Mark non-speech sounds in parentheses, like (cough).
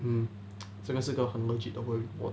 mm (noise) 这个是个很 legit 的 worry